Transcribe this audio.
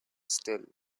still